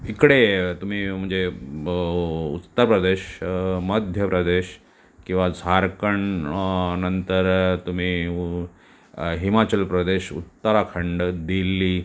इकडे तुम्ही म्हणजे म उत्तर प्रदेश मध्यप्रदेश किंवा झारखंड नंतर तुम्ही हिमाचल प्रदेश उत्तराखंड दिल्ली